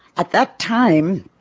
at that time